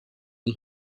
and